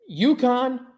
UConn